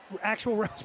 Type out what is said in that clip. actual